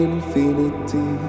Infinity